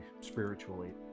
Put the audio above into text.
spiritually